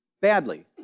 badly